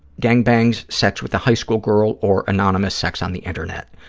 gang bangs, sex with a high school girl, or anonymous sex on the internet.